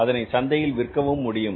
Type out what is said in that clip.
அதனை சந்தையில் விற்கவும் முடியும்